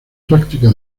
práctica